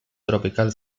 tropical